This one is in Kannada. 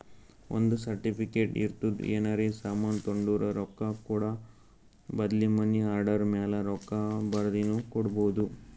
ಒಂದ್ ಸರ್ಟಿಫಿಕೇಟ್ ಇರ್ತುದ್ ಏನರೇ ಸಾಮಾನ್ ತೊಂಡುರ ರೊಕ್ಕಾ ಕೂಡ ಬದ್ಲಿ ಮನಿ ಆರ್ಡರ್ ಮ್ಯಾಲ ರೊಕ್ಕಾ ಬರ್ದಿನು ಕೊಡ್ಬೋದು